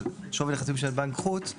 אז שווי נכסים של בנק חוץ,